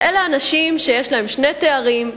אלה אנשים שיש להם שני תארים,